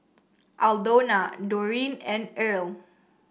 Aldona Doreen and Irl